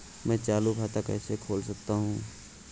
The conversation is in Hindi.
मैं चालू खाता कैसे खोल सकता हूँ?